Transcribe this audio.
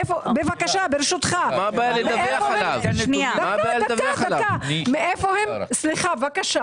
מאיפה הם הביאו את הכסף הזה.